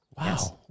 Wow